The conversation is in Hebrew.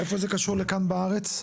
איפה זה קשור לכאן בארץ?